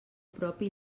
propi